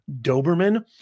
Doberman